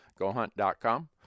GoHunt.com